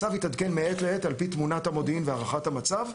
הצו יתעדכן מעת לעת על פי תמונת המודיעין והערכת המצב.